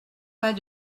pas